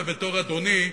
אלא בתור "אדוני",